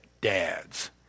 dads